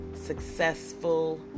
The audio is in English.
successful